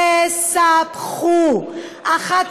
ת-ספ-חו, אחת